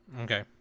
okay